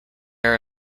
are